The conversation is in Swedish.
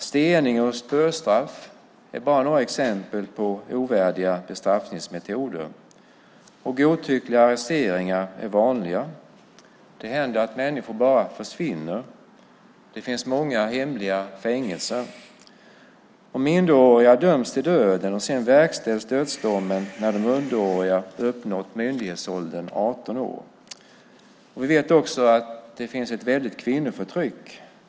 Stening och spöstraff är bara några exempel på ovärdiga bestraffningsmetoder. Godtyckliga arresteringar är vanliga. Det händer att människor bara försvinner. Det finns många hemliga fängelser. Minderåriga döms till döden, och sedan verkställs dödsdomen när de underåriga uppnått myndighetsåldern 18 år. Vi vet också att det finns ett kvinnoförtryck.